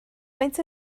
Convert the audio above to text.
faint